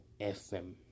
FM